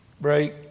Break